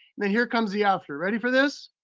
and then here comes the after, ready for this?